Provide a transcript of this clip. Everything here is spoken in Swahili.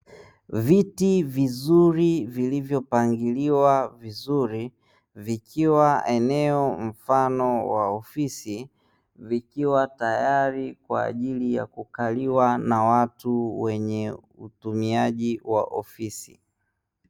Viti vizuri vilivyopangiliwa vizuri vikiwa eneo mfano wa ofisi vikiwa tayari kwaajili ya kukaliwa na watu wenye utumiaji wa ofisi.